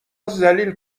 ذلیل